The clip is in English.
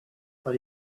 but